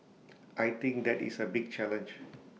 I think that is A big challenge